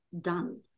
done